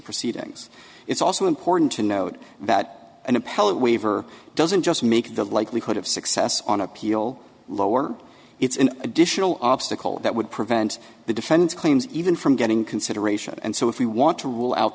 proceedings it's also important to note that an appellate waiver doesn't just make the likelihood of success on appeal lower it's an additional obstacle that would prevent the defense claims even from getting consideration and so if we want to rule out